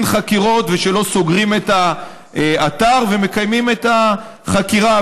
חקירות ושלא סוגרים בה את האתר ומקיימים את החקירה.